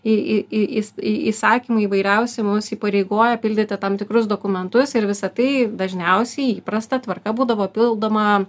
į į į į įs įsakymai įvairiausi mus įpareigoja pildyti tam tikrus dokumentus ir visa tai dažniausiai įprasta tvarka būdavo pildoma